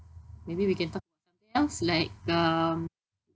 maybe we can talk else like um